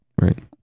Right